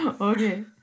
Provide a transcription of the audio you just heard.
okay